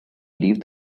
leave